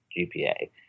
GPA